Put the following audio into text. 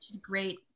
Great